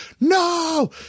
no